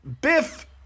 Biff